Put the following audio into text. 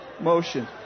motion